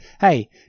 hey